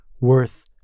worth